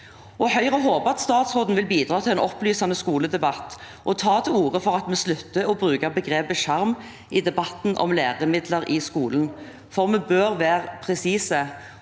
Høyre håper statsråden vil bidra til en opplysende skoledebatt og ta til orde for at vi slutter å bruke begrepet «skjerm» i debatten om læremidler i skolen, for vi bør være presise.